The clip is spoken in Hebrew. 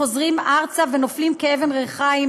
חוזרים ארצה ונופלים כאבן ריחיים